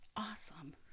awesome